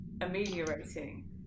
ameliorating